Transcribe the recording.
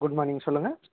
good morning சொல்லுங்கள்